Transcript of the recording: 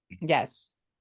Yes